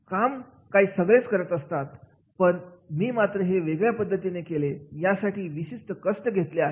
' काम काय सगळेच करतात पण मी मात्र हे वेगळ्या पद्धतीने केले आहे यासाठी विशिष्ट कष्ट घेतले आहेत